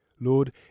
Lord